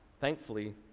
thankfully